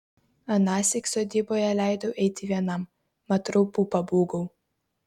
anąsyk sodyboje leidau eiti vienam mat raupų pabūgau